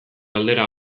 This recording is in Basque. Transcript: galdera